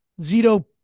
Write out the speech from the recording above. Zito